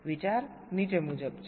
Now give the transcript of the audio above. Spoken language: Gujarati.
વિચાર નીચે મુજબ છે